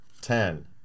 ten